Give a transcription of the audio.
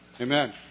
Amen